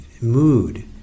mood